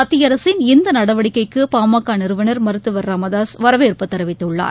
மத்திய அரசின் இந்த நடவடிக்கைக்கு பாமக நிறுவனர் மருத்துவர் ச ராமதாசு வரவேற்பு தெரிவித்குள்ளார்